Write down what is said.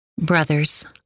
Brothers